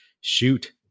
shoot